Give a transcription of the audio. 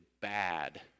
bad